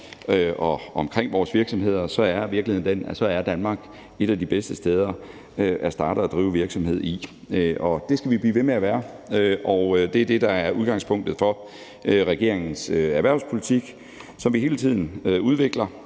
så er virkeligheden den, at Danmark er et af de bedste steder at starte og drive virksomhed i. Det skal vi blive ved med at være, og det er det, der er udgangspunktet for regeringens erhvervspolitik, som vi hele tiden udvikler,